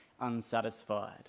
unsatisfied